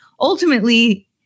ultimately